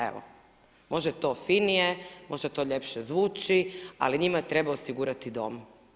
Evo, možda je to finije, možda to ljepše zvuči, ali njima treba osigurati dom.